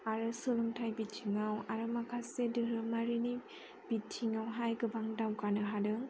आरो सोलोंथाय बिथिङाव आरो माखासे धोरोमारिनि बिथिङावहाय गोबां दावगानो हादों